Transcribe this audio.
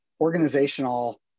organizational